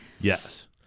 Yes